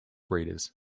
breeders